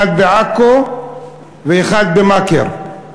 אחד בעכו ואחד במכר.